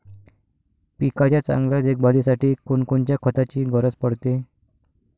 पिकाच्या चांगल्या देखभालीसाठी कोनकोनच्या खताची गरज पडते?